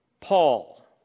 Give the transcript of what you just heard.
Paul